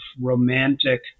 romantic